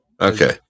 Okay